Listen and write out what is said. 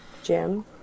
Jim